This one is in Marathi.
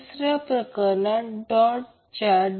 जर त्यापैकी 2 घेतले तर LC 1ω0 2 असेल